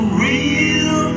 real